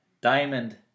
diamond